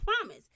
promise